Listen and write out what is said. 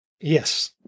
Yes